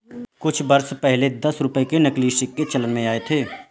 कुछ वर्ष पहले दस रुपये के नकली सिक्के चलन में आये थे